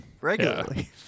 regularly